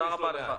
תודה רבה לך.